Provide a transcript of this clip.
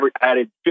added